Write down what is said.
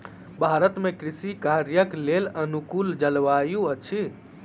भारत में कृषि कार्यक लेल अनुकूल जलवायु अछि